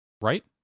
right